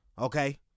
okay